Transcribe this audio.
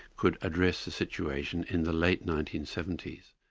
could address the situation in the late nineteen seventy s.